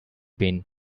been